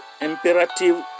imperative